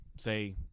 say